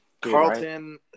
carlton